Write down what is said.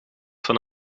van